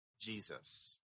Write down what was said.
Jesus